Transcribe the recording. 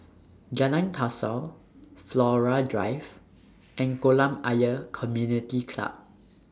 Jalan Kasau Flora Drive and Kolam Ayer Community Club